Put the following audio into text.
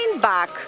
back